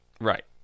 Right